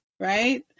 Right